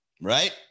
right